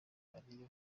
ariyo